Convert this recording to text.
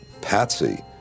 patsy